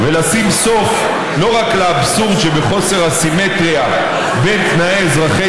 ולשים סוף לא רק לאבסורד שבחוסר הסימטריה בין תנאי אזרחי